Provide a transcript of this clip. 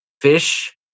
fish